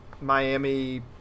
Miami